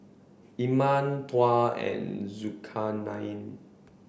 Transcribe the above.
Iman Tuah and Zulkarnain